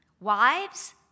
Wives